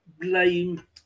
blame